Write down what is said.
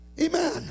Amen